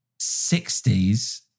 60s